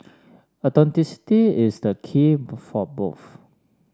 authenticity is the key both